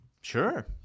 sure